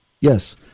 Yes